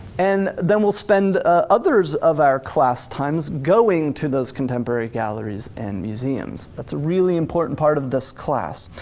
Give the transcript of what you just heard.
and then we'll spend others of our class times going to those contemporary galleries and museums. that's a really important part of this class.